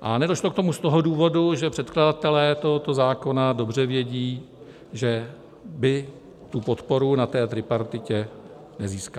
a nedošlo k tomu z toho důvodu, že předkladatelé tohoto zákona dobře vědí, že by podporu na tripartitě nezískali.